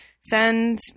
send